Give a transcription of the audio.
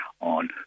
on